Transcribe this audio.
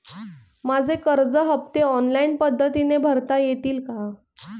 माझे कर्ज हफ्ते ऑनलाईन पद्धतीने भरता येतील का?